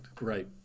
Right